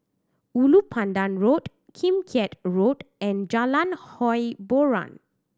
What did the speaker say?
Ulu Pandan Road Kim Keat Road and Jalan Hiboran